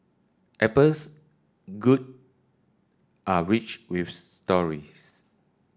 Apple's goods are rich with stories